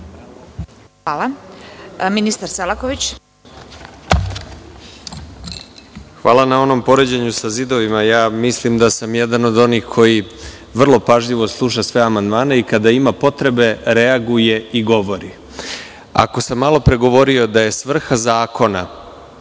Izvolte. **Nikola Selaković** Hvala na onom poređenju sa zidovima. Mislim da sam jedan od onih koji vrlo pažljivo sluša sve amandmane i kada ima potrebe reaguje i govori. Ako sam malopre govorio da je svrha zakona